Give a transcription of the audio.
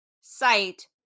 sight